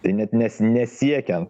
tai net nes nesiekia